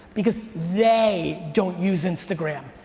because they don't use instagram.